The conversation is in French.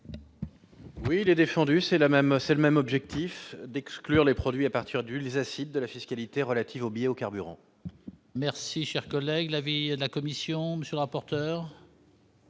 Oui, il est défendu, c'est la même, c'est le même objectif d'exclure les produits à partir du les acides de la fiscalité relative aux biocarburants. Merci, cher collègue, l'avis de la Commission, monsieur le rapporteur.